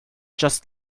just